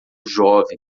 jovem